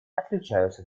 отличаются